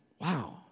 wow